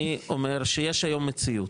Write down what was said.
אני אומר שיש היום מציאות,